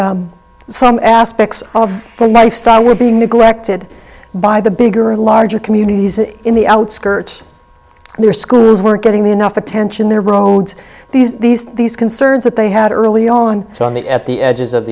that some aspects of the knife star were being neglected by the bigger of larger communities in the outskirts their schools weren't getting enough attention their bones these these these concerns that they had early on so on the at the edges of